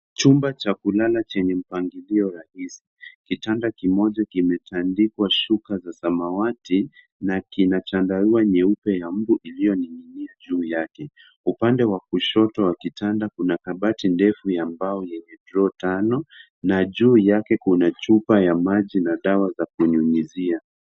Chumba cha kulala chenye mpangilio rahisi, kitanda kimoja kimetandikwa shuka za samawati na kina chandarua nyeupe ya mbu iliyoning'inia juu yake. Upande wa kushoto wa kitanda kuna kabati ndefu ya mbao yenye Draw tano na juu yake kuna chupa ya maji na dawa za kunyunyizia.